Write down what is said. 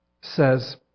says